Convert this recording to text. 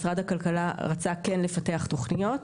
משרד הכלכלה רצה כן לפתח תוכניות.